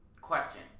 question